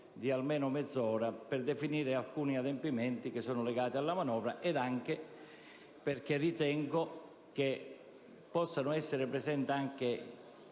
di almeno mezz'ora, per definire alcuni adempimenti che sono legati alla manovra, anche perché ritengo che possano essere presenti